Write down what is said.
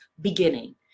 beginning